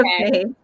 okay